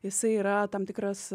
jisai yra tam tikras